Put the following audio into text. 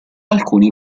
alcuni